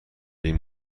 این